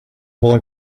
boy